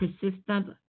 persistent